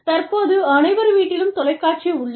தற்போது அனைவர் வீட்டிலும் தொலைக்காட்சி உள்ளது